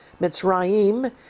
Mitzrayim